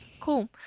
Cool